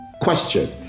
Question